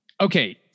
Okay